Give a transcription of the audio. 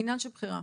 עניין של בחירה,